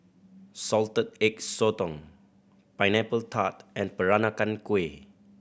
Salted Egg Sotong Pineapple Tart and Peranakan Kueh